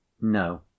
no